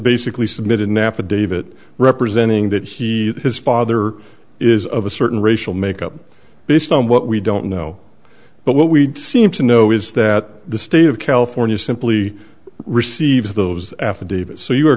basically submitted an affidavit representing that he his father is of a certain racial makeup based on what we don't know but what we seem to know is that the state of california simply receives those